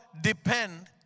depend